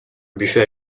buffet